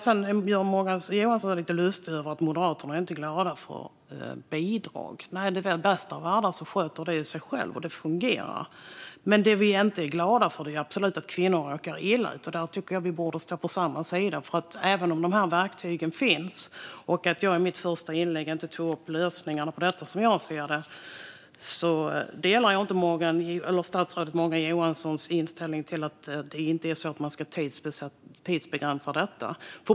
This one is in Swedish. Sedan gör Morgan Johansson sig lite lustig över att Moderaterna inte är glada för bidrag. Nej, i den bästa av världar sköter det sig självt, och det fungerar. Det vi inte är glada för är att kvinnor råkar illa ut. Där tycker jag att vi borde stå på samma sida. Även om verktygen finns - och även om jag i mitt första inlägg inte tog upp de lösningar på detta som jag ser - delar jag inte statsrådet Morgan Johanssons inställning, att man inte ska tidsbegränsa detta.